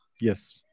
Yes